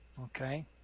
okay